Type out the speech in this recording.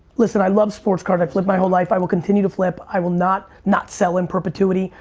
listen, i love sports card. i've flipped my whole life. i will continue to flip. i will not not sell in perpetuity.